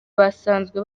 basanzwe